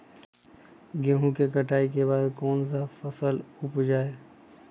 गेंहू के कटाई के बाद कौन सा फसल उप जाए?